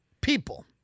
people